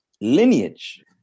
lineage